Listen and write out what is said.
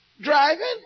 driving